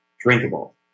drinkable